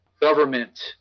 government